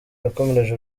yakomereje